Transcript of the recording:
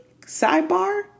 sidebar